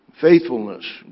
faithfulness